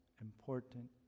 important